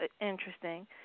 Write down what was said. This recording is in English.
interesting